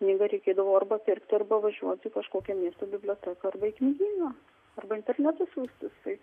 knygą reikėdavo arba pirkti arba važiuoti į kažkokią miesto biblioteką arba į knygyną arba internetu siųstis tai